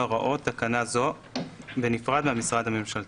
הוראות תקנה זו בנפרד מהמשרד הממשלתי.